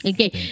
Okay